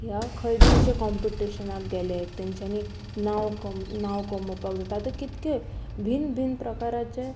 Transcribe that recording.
या खंय बीन अशे कॉम्पिटिशनाक गेले तेंच्यांनी नांव कम नांव कमोवपाक जाता आतां कितक्यो भिन भिन्न प्रकाराचे